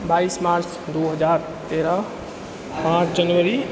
बाइस मार्च दू हजार तेरह पाँच जनवरी